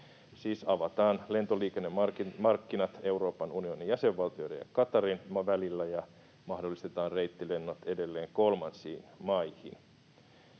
siis avataan lentoliikennemarkkinat Euroopan unionin jäsenvaltioiden ja Qatarin välillä ja mahdollistetaan reittilennot edelleen kolmansiin maihin.